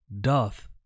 doth